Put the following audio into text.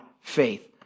Faith